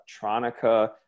electronica